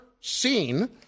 seen